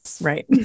Right